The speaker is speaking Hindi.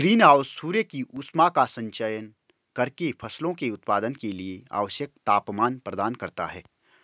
ग्रीन हाउस सूर्य की ऊष्मा का संचयन करके फसलों के उत्पादन के लिए आवश्यक तापमान प्रदान करता है